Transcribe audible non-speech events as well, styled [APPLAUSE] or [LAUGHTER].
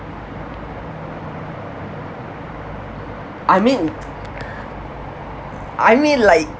I mean [BREATH] I mean like